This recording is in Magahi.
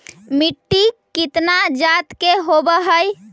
मिट्टी कितना जात के होब हय?